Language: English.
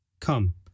Come